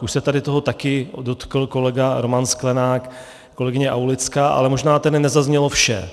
Už se tady toho taky dotkl kolega Roman Sklenák, kolegyně Aulická, ale možná tady nezaznělo vše.